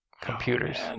computers